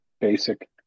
basic